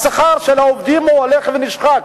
ושכר העובדים הולך ונשחק.